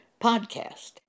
podcast